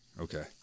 Okay